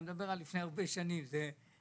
אני מדבר על לפני הרבה שנים; היום,